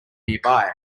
nearby